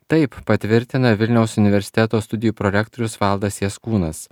taip patvirtina vilniaus universiteto studijų prorektorius valdas jaskūnas